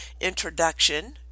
introduction